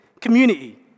community